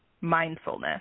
mindfulness